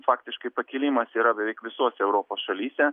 faktiškai pakilimas yra beveik visose europos šalyse